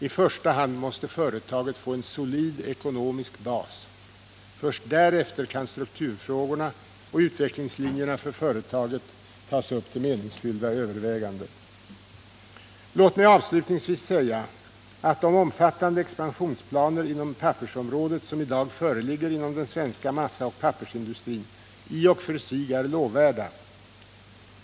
I första hand måste företaget få en solid ekonomisk bas. Först därefter kan strukturfrågorna och utvecklingslinjerna för företaget tas upp till meningsfyllda överväganden. Låt mig avslutningsvis säga att de omfattande expansionsplaner inom pappersområdet som i dag föreligger inom den svenska massaoch pappersindustrin i och för sig är lovvärda.